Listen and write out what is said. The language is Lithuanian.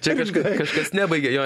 čia kažkaip kažkas nebaigė jo